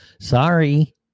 Sorry